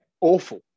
Awful